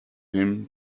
him